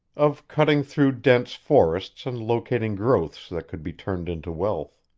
of cutting through dense forests and locating growths that could be turned into wealth.